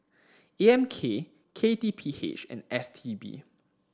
A M K K T P H and S T B